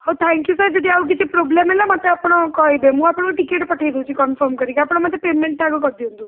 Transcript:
ହଉ thank you sir ଯଦି ଆଉ କିଛି ପ୍ରୋବ୍ଲେମ୍ ହେଲା ମୋତେ ଆପଣ କହିବେ ମୁଁ ଆପଣଙ୍କୁ ଟିକେଟ୍ ପଠାଇ ଦେଉଛି କନଫର୍ମ୍ କରିକି ଆପଣ ମୋତେ ପେମେଣ୍ଟ୍ଟା ଆଗ କରି ଦିଅନ୍ତୁ